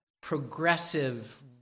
progressive